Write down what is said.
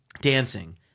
Dancing